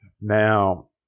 Now